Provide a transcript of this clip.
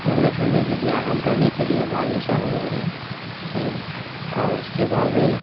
گھومنے پھرنے کے لیے آرام کرنے کے لیے باغیچہ وغیرہ ہیں اور اس کے بعد